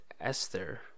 Esther